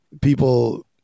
people